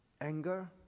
anger